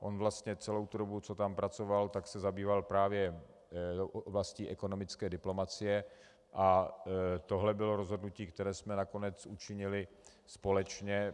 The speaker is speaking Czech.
On se vlastně celou tu dobu, co tam pracoval, zabýval oblastí ekonomické diplomacie a tohle bylo rozhodnutí, které jsme nakonec učinili společně.